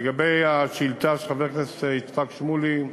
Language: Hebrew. לגבי השאילתה של חבר הכנסת שמולי,